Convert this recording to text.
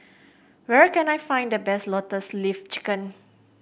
where can I find the best Lotus Leaf Chicken